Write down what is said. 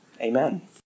amen